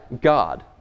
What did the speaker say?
God